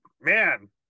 man